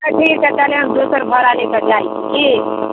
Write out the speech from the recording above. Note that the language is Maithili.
अच्छा ठीक हय ताले हम दोसर भाड़ा ले के जाइ छी